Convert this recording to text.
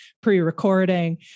pre-recording